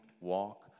walk